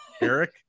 eric